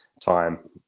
time